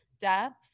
Depth